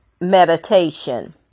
meditation